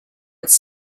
its